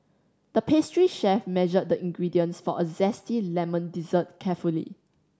the pastry chef measured the ingredients for a zesty lemon dessert carefully